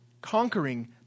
Conquering